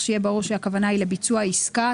שיהיה ברור שהכוונה היא לביצוע העסקה.